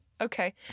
Okay